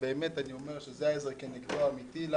ובאמת אני אומר שזה העזר כנגדו האמיתי לנו,